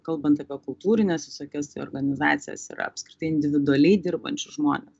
kalbant apie kultūrines visokias tai organizacijas ir apskritai individualiai dirbančius žmones